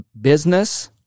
business